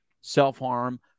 self-harm